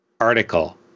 article